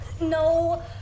No